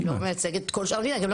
ירושלים היא לא מייצגת את כל שאר המדינה.